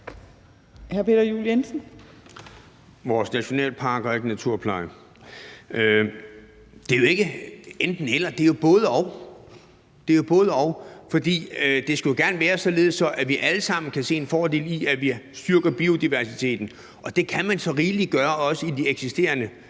Peter Juel-Jensen (V): Vores nationalparker handler ikke om naturpleje, siger ordføreren. Det er jo ikke et enten-eller, det er et både-og. For det skulle jo gerne være således, at vi alle sammen kan se en fordel i, at vi styrker biodiversiteten, og det kan man så rigeligt gøre, også i de eksisterende